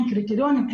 אין קריטריונים,